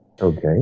Okay